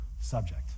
subject